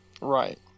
right